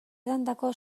edandako